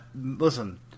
listen